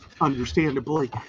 understandably